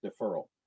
deferral